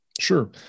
Sure